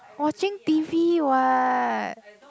watching T_V what